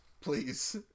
Please